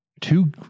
two